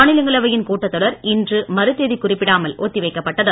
மாநிலங்களவையின் கூட்டத்தொடர் தேதி இன்று மறு குறிப்பிடாமல் ஒத்திவைக்கப்பட்டது